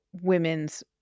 women's